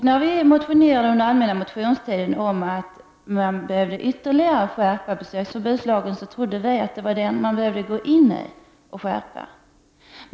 När vi i centerpartiet under den allmänna motionstiden motionerade om att besöksförbudslagen behöver skärpas ytterligare trodde vi att det var den lagen som behövde skärpas.